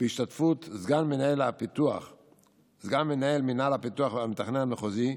בהשתתפות סגן מנהל מינהל הפיתוח והמתכנן המחוזי,